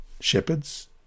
shepherds